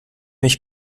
mich